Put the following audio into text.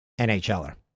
NHLer